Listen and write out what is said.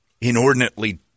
inordinately